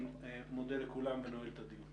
אני מודה לכולם ונועל את הדיון.